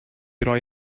roi